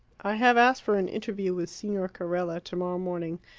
i have asked for an interview with signor carella tomorrow morning.